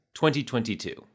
2022